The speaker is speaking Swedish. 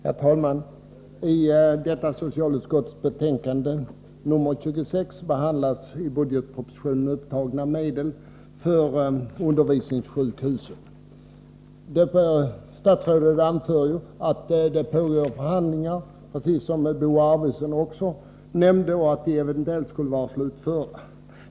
Herr talman! I socialutskottets betänkande 26 behandlas i budgetpropositionen upptagna medel för undervisningssjukhusen. Statsrådet anför att det pågår förhandlingar. Bo Arvidson nämnde att dessa förhandlingar eventuellt skulle vara slutförda.